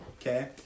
Okay